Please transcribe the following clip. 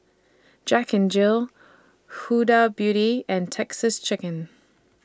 Jack N Jill Huda Beauty and Texas Chicken